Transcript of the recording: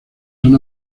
son